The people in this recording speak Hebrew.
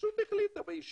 פשוט החליטה כך בישיבה.